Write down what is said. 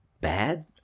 bad